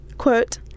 Quote